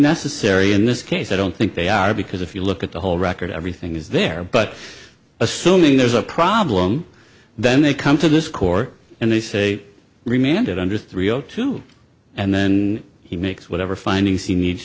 necessary in this case i don't think they are because if you look at the whole record everything is there but assuming there's a problem then they come to this court and they say remand it under three o two and then he makes whatever finding c needs